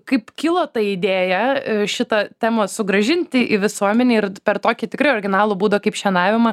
kaip kilo ta idėja šitą temą sugrąžinti į visuomenę ir per tokį tikrai originalų būdą kaip šienavimą